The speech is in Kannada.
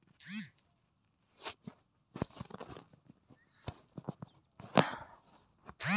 ಎಲ್ಲ ಬ್ಯಾಂಕ್ಗಳಿಗೂ ಐ.ಎಫ್.ಎಸ್.ಸಿ ಕೋಡ್ ಇರ್ತದೆ